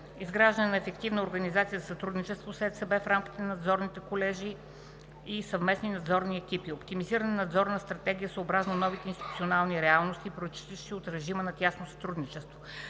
изграждане на ефективна организация за сътрудничество с ЕЦБ в рамките на надзорните колежи и съвместните надзорни екипи; - оптимизиране на надзорна стратегия съобразно новите институционални реалности, произтичащи от режима на тясно сътрудничество;